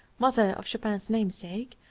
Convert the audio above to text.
mother of chopin's namesake,